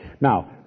Now